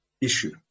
issue